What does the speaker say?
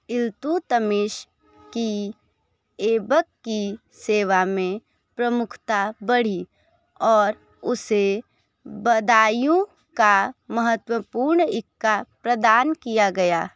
इल्तुतमिश की ऐबक की सेवा में प्रमुखता बढ़ी और उसे बदायूं का महत्वपूर्ण इक्का प्रदान किया गया